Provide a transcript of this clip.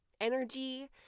energy